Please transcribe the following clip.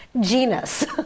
genus